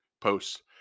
posts